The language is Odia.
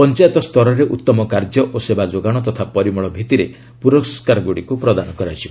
ପଞ୍ଚାୟତସ୍ତରରେ ଉତ୍ତମ କାର୍ଯ୍ୟ ଓ ସେବା ଯୋଗାଣ ତଥା ପରିମଳ ଭିତ୍ତିରେ ପୁରସ୍କାରଗୁଡ଼ିକୁ ପ୍ରଦାନ କରାଯିବ